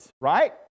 right